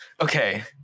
okay